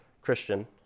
Christian